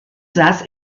saß